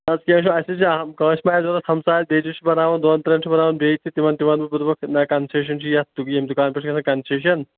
اَدٕ کینٛہہ چھُنہٕ اَسہِ تہِ چھِ ہَم کٲنٛسہِ مہ آسہِ ضروٗرت ہَمسایَس بیٚیہِ تہِ بَناوان دۄن ترٛیٚن چھ بَناوُن بیٚیہِ تہِ تِمَن تہِ وَنہٕ بہٕ بہٕ دَپَکھ نہ کَنسیشَن چھِ یَتھ ییٚمہِ دُکانہٕ پٮ۪ٹھ چھِ گژھان کَنسیشَن